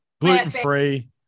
gluten-free